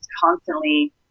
constantly